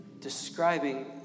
describing